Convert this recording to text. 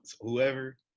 Whoever